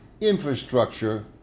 infrastructure